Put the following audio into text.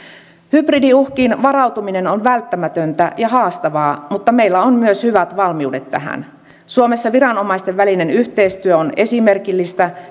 hybridiuhkiin varautuminen on välttämätöntä ja haastavaa mutta meillä on myös hyvät valmiudet tähän suomessa viranomaisten välinen yhteistyö on esimerkillistä